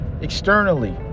externally